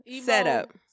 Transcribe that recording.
setup